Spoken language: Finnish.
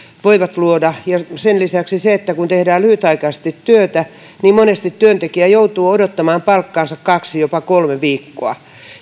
ja lisäksi se että kun kun tehdään lyhytaikaisesti työtä niin monesti työntekijä joutuu odottamaan palkkaansa kaksi jopa kolme viikkoa